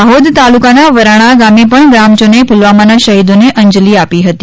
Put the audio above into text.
દાહોદ તાલુકાના વરાણા ગામે પણ ગ્રામજનોએ પુલવામાના શહિદોને અંજલી આપી હતી